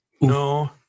No